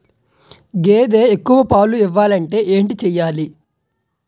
గేదె ఎక్కువ పాలు ఇవ్వాలంటే ఏంటి చెయాలి?